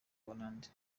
buholandi